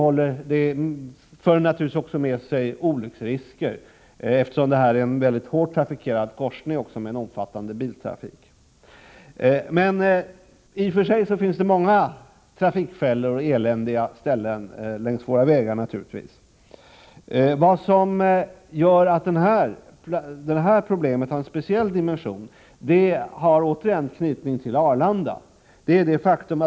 Situationen för naturligtvis också med sig olycksrisker. Det är ju en hårt trafikerad korsning med omfattande biltrafik. I och för sig finns det naturligtvis många trafikfällor och eländiga ställen längs våra vägar. Det som emellertid gör att detta problem har en speciell dimension har återigen en anknytning till Arlanda.